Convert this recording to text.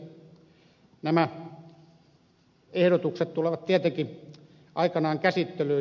nämä ehdotukset tulevat tietenkin aikanaan käsittelyyn